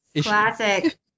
Classic